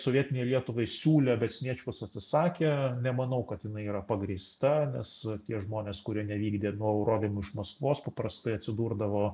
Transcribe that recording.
sovietinei lietuvai siūlė bet sniečkus atsisakė nemanau kad jinai yra pagrįsta nes tie žmonės kurie nevykdė nurodymų iš maskvos paprastai atsidurdavo